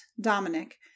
dominic